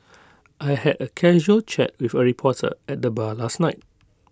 I had A casual chat with A reporter at the bar last night